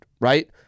right